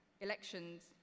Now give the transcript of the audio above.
elections